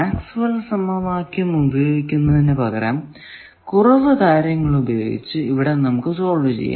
max well സമവാക്യം Maxwell's equation ഉപയോഗിക്കുന്നതിനു പകരം കുറവ് കാര്യങ്ങൾ ഉപയോഗിച്ച് ഇവിടെ നമുക്ക് സോൾവ് ചെയ്യാം